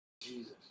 Jesus